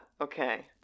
Okay